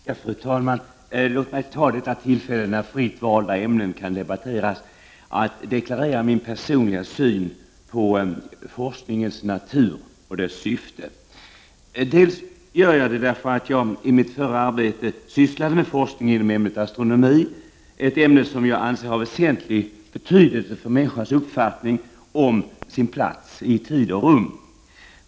Fru talman! Låt mig ta detta tillfälle när fritt valda ämnen kan debatteras att deklarera min personliga syn på forskningens natur och dess syfte. Detta gör jag för det första därför att jag i mitt tidigare arbete sysslade med forskning inom ämnet astronomi, ett ämne som jag anser har en väsentlig betydelse för människans uppfattning om sin plats i tid och rum.